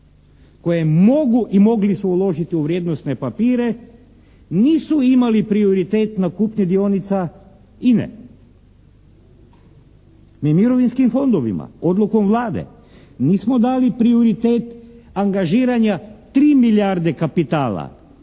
koje mogu i mogli su uložiti u vrijednosne papire, nisu imali prioritet na kupnje dionica INA-e. Mi mirovinskim fondovima, odlukom Vlade nismo dali prioritet angažiranja 3 milijarde kapitala